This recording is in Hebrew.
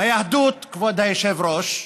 ביהדות, כבוד היושב-ראש,